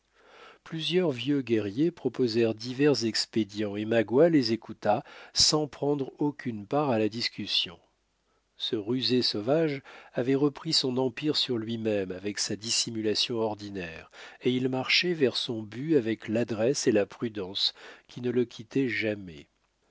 plusieurs vieux guerriers proposèrent divers expédients et magua les écouta sans prendre aucune part à la discussion ce rusé sauvage avait repris son empire sur lui-même avec sa dissimulation ordinaire et il marchait vers son but avec l'adresse et la prudence qui ne le quittaient jamais